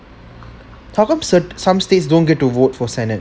how come some states don't get to vote for senate